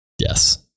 Yes